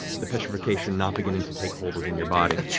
the petrification not beginning to take hold within your body.